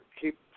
keep